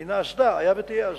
מן האסדה, היה ותהיה אסדה.